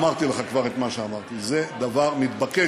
אמרתי לך כבר את מה שאמרתי: זה דבר מתבקש.